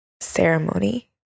ceremony